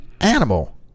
animal